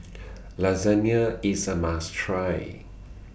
Lasagna IS A must Try